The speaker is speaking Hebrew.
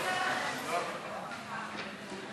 הצעת סיעת הרשימה המשותפת להביע אי-אמון בממשלה לא נתקבלה.